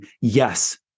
Yes